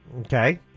Okay